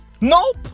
Nope